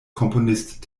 komponist